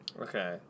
okay